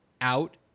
out